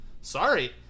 Sorry